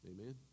Amen